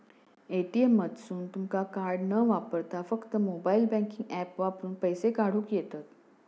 ATM मधसून तुमका card न वापरता फक्त मोबाईल बँकिंग ऍप वापरून पैसे काढूक येतंत